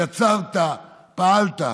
יצרת ופעלת.